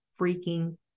freaking